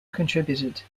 contributed